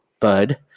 bud